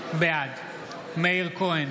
בעד מאיר כהן,